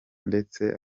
ndetse